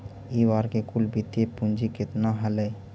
इ बार के कुल वित्तीय पूंजी केतना हलइ?